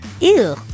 Ew